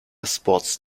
sports